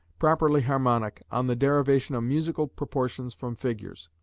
properly harmonic, on the derivation of musical proportions from figures,